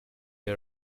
you